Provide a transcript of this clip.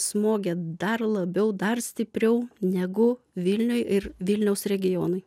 smogė dar labiau dar stipriau negu vilniui ir vilniaus regionui